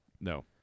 No